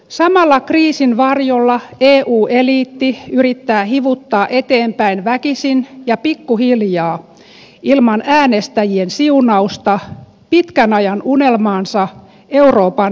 samalla kriisin varjolla eu eliitti yrittää hivuttaa eteenpäin väkisin ja pikkuhiljaa ilman äänestäjien siunausta pitkän ajan unelmaansa euroopan liittovaltiosta